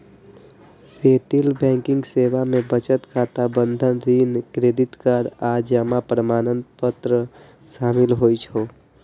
retail banking सेवा मे बचत खाता, बंधक, ऋण, क्रेडिट कार्ड आ जमा प्रमाणपत्र शामिल होइ छै